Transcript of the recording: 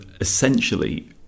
Essentially